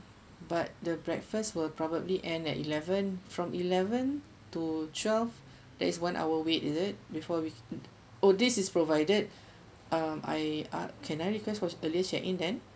but the breakfast will probably end at eleven from eleven to twelve that is one hour wait is it before with oh this is provided um I ah can I request for earlier check in then